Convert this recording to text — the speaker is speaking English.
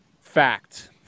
Fact